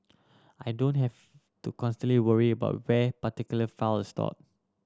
I don't have to constantly worry about where particular file is stored